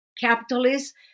capitalist